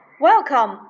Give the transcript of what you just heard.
Welcome